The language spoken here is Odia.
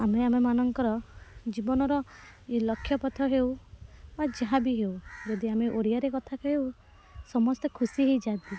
ଆମେ ଆମମାନଙ୍କର ଜୀବନର ଲକ୍ଷ୍ୟପଥ ହେଉ ବା ଯାହା ବି ହେଉ ଯଦି ଆମେ ଓଡ଼ିଆରେ କଥା ହେଉ ସମସ୍ତେ ଖୁସି ହେଇଯାଆନ୍ତି